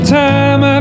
time